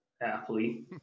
athlete